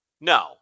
No